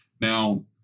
Now